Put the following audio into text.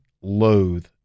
loathe